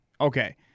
Okay